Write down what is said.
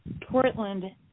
Portland